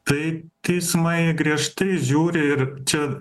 tai teismai griežtai žiūri ir čia